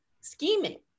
scheming